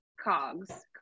Cogs